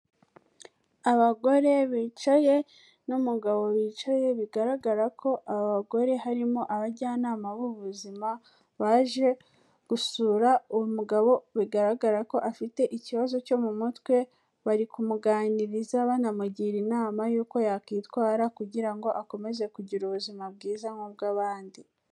Abagore bicaye n'umugabo bicaye, bigaragara ko aba bagore harimo abajyanama b'ubuzima, baje gusura uyu mugabo, bigaragara ko afite ikibazo cyo mu mutwe, bari kumuganiriza banamugira inama yuko yakwitwara, kugira ngo akomeze kugira ubuzima bwiza nk'ubw'abandi.